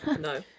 No